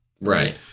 right